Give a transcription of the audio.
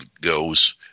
goes